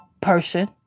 person